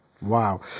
Wow